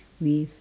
with